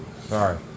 sorry